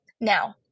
Now